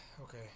Okay